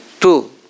Two